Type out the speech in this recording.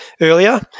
earlier